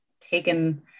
taken